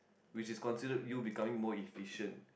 which is considered you becoming more efficient